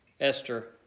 Esther